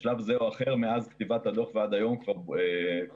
בשלב זה או אחר, מאז כתיבת הדוח, כבר קרה.